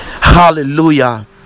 Hallelujah